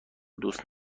دوست